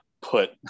put